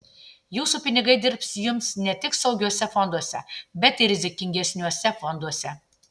jūsų pinigai dirbs jums ne tik saugiuose fonduose bet ir rizikingesniuose fonduose